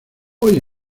hoy